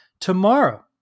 Tomorrow